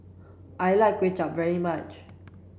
I like Kway Chap very much